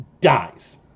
dies